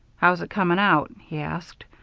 how's it coming out? he asked.